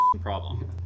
problem